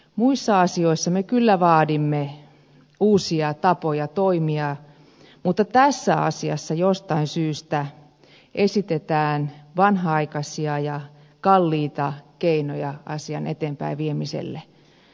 muissa asioissa me kyllä vaadimme uusia tapoja toimia mutta tässä asiassa jostain syystä esitetään vanhanaikaisia ja kalliita keinoja asian eteenpäinviemiselle